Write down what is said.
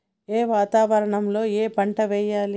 ఏ వాతావరణం లో ఏ పంట వెయ్యాలి?